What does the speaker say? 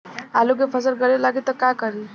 आलू के फ़सल गले लागी त का करी?